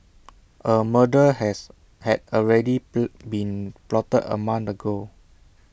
A murder has had already be been plotted A month ago